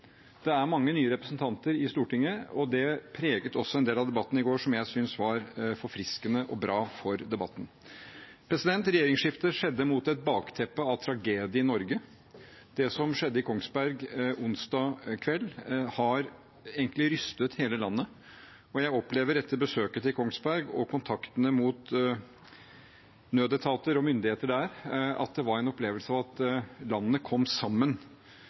Det er mange nye representanter i Stortinget, og det preget også en del av debatten i går. Jeg synes det var forfriskende og bra for debatten. Regjeringsskiftet skjedde mot et bakteppe av tragedie i Norge. Det som skjedde i Kongsberg onsdag kveld, har egentlig rystet hele landet. Jeg vil si etter besøket i Kongsberg og kontaktene mot nødetater og myndigheter der at det var en opplevelse av at landet kom sammen